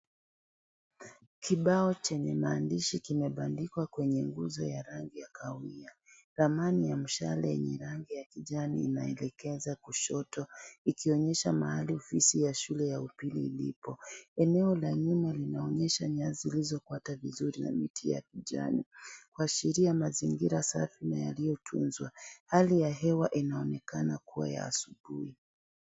Kibao chenye maandishi kimebandikwa kwenye nguzo ya kahawia. Ramani ya mshale yenye rangi ya kijani inaelegeza kushoto ikionyesha mahali shule ya upili ilipo. Eneo la nyuma linaonyesha nyasi zilizokatwa vizuri na miti ya kijani, kuashiria mazingira safi yaliyotunzwa. Hali ya hewa inaonekana kuwa ya asubuhi.